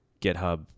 GitHub